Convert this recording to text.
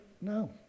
no